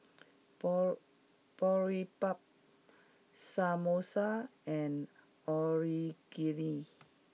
borrow Boribap Samosa and Onigiri